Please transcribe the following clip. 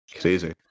Crazy